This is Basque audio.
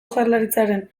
jaurlaritzaren